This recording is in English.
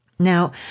Now